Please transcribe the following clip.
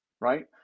Right